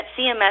CMS